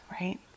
right